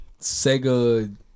Sega